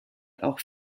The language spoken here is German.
auch